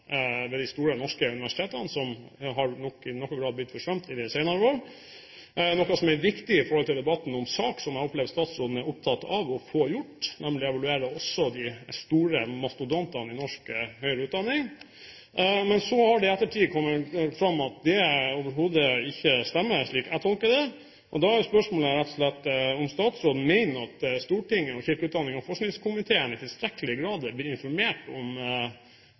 ved de store norske universitetene, som i noen grad har blitt forsømt i de senere år, noe som er viktig i debatten om SAK og som jeg opplever at statsråden er opptatt av å få gjort, nemlig å vurdere også de store mastodontene i norsk høyere utdanning. Men så har det i ettertid kommet fram at det overhodet ikke stemmer, slik jeg tolker det. Da er spørsmålet rett og slett om statsråden mener at Stortinget og kirke-, utdannings- og forskningskomiteen i tilstrekkelig grad er blitt informert om